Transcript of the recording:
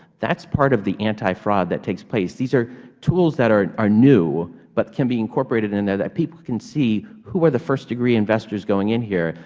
that's part of the antifraud that takes place. these are tools that are are new but can be incorporated and that people can see who are the firstdegree investors going in here,